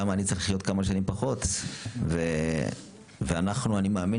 למה אני צריך להיות כמה שנים פחות ואנחנו אני מאמין